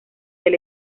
del